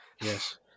yes